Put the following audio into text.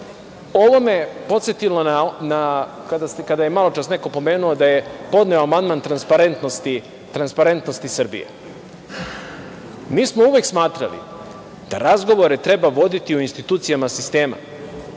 me je podsetilo kada je maločas neko pomenuo da je podneo amandman transparentnosti Srbije. Mi smo uvek smatrali da razgovore treba voditi u institucijama sistema